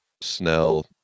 Snell